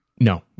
no